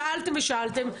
שאלתן ושאלתן,